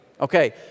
Okay